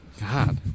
God